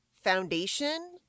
foundation